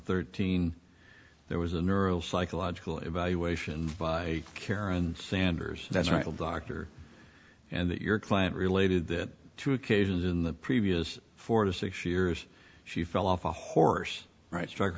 thirteen there was a neural psychological evaluation by care and sanders that's right doctor and that your client related that two occasions in the previous four to six years she fell off a horse right struck